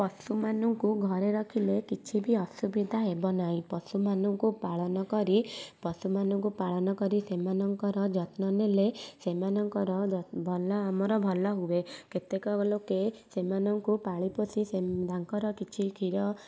ପଶୁମାନଙ୍କୁ ଘରେ ରଖିଲେ କିଛି ବି ଅସୁବିଧା ହେବ ନାହିଁ ପଶୁମାନଙ୍କୁ ପାଳନ କରି ପଶୁମାନଙ୍କୁ ପାଳନ କରି ସେମାନଙ୍କର ଯତ୍ନ ନେଲେ ସେମାନଙ୍କର ଭଲ ଆମର ଭଲ ହୁଏ କେତେକ ଲୋକେ ସେମାନଙ୍କୁ ପାଳି ପୋଷି ତାଙ୍କର କିଛି କ୍ଷୀର